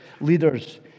leaders